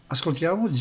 Ascoltiamo